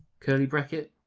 curly bracket,